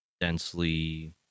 densely